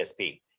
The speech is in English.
DSP